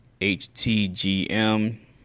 HTGM